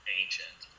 ancient